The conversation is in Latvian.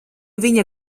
viņa